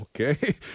Okay